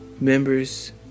Members